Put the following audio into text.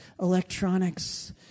electronics